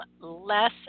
less